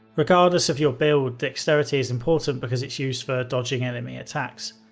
regardless of your build, dexterity is important because it's used for dodging enemy attacks.